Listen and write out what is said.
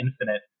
infinite